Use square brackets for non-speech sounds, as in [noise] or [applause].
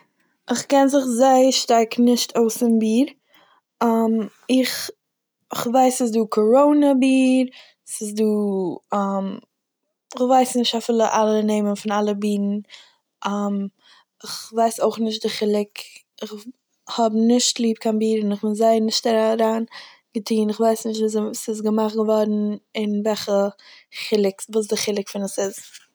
איך קען זיך זייער שטארק נישט אויס אין ביר, [hesitation] איך כ'ווייס ס'איז דא קאראנע ביר, ס'איז דא [hesitation] כ'ווייס נישט אפילו אלע נעמען פון אלע בירן, [hesitation] איך ווייס אויך נישט די חילוק, איך האב נישט ליב קיין ביר און איך בין זייער נישט אריין- געטון, כ'ווייס נישט ווי אזוי - וואס איז געמאכט געווארן און וועלכע חילוק- וואס די חילוק פון עס איז.